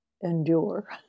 endure